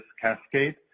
cascade